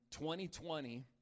2020